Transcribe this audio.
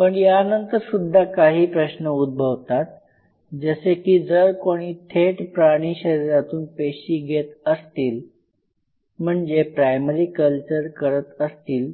पण यानंतर सुद्धा काही प्रश्न उद्भवतात जसे की जर कोणी थेट प्राणी शरीरातून पेशी घेत असतील म्हणजे प्रायमरी कल्चर करत असतील